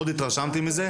מאוד התרשמתי לזה.